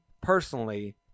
personally